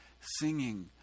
singing